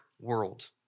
world